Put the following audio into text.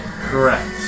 Correct